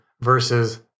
versus